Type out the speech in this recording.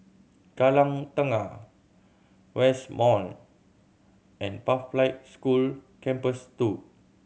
Kallang Tengah West Mall and Pathlight School Campus Two